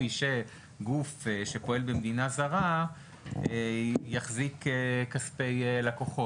שגוף שפועל במדינה זרה יחזיק בכספי לקוחות,